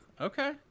okay